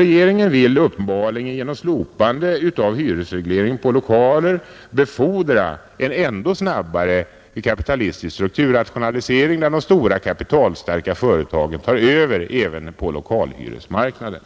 Regeringen vill uppenbarligen genom slopande av hyresregleringen på lokaler befordra en ändå snabbare kapitalistisk strukturrationalisering där de stora kapitalstarka företagen tar över även på lokalhyresmarknaden.